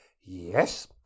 Yes